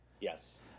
Yes